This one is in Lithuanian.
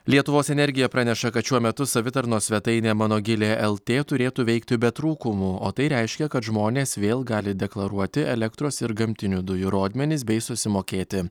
lietuvos energija praneša kad šiuo metu savitarnos svetainė mano gilė lt turėtų veikti be trūkumų o tai reiškia kad žmonės vėl gali deklaruoti elektros ir gamtinių dujų rodmenis bei susimokėti